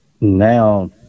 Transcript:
now